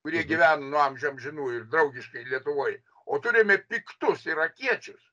kurie gyveno nuo amžių amžinųjų ir draugiškai lietuvoj o turime piktus irakiečius